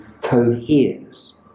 coheres